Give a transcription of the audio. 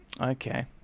okay